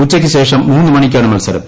ഉച്ചയ്ക്കൂൾേഷം മൂന്ന് മണിക്കാണ് മത്സരം